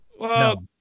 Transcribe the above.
no